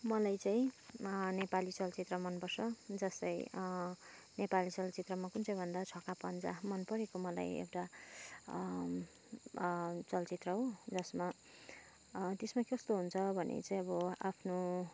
मलाई चाहिँ नेपाली चलचित्र मनपर्छ जस्तै नेपाली चलचित्रमा कुन चाहिँ भन्दा छक्का पञ्जा मनपरेको मलाई एउटा चलचित्र हो जसमा त्यसमा चाहिँ कस्तो हुन्छ भने चाहिँ अब आफ्नो